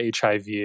HIV